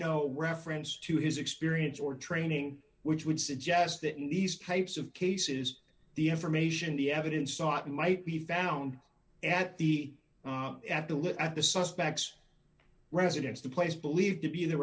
no reference to his experience or training which would suggest that in these types of cases the information the evidence sought might be found at the at the look at the suspects residence the place believed to be the